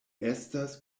estas